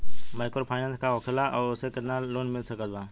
Microfinance का होखेला और ओसे केतना लोन मिल सकत बा?